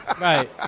Right